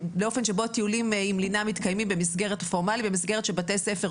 טיולים עם לינה מתקיימים במסגרת הפורמלית של בתי ספר,